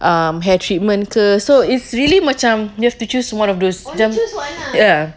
um hair treatment ke so it's really macam you have to choose one of those macam ya